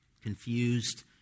confused